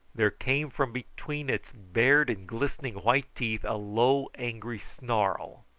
there came from between its bared and glistening white teeth a low angry snarl.